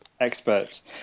experts